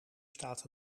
staat